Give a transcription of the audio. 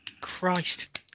Christ